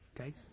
Okay